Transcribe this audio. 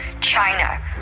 China